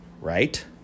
right